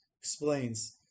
explains